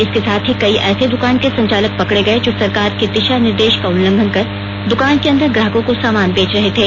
इसके साथ ही कई ऐसे दुकान के संचालक पकड़े गए जो सरकार के दिशा निर्देश का उल्लंघन कर दुकान के अंदर ग्राहकों को सामान बेच रहे थे